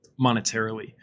Monetarily